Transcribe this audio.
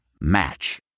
Match